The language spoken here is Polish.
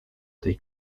tej